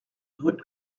rue